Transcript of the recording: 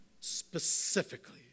specifically